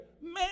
Man